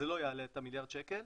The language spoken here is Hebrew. זה לא יעלה את המיליארד שקל,